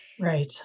Right